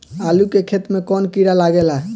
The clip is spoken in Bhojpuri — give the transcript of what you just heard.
आलू के खेत मे कौन किड़ा लागे ला?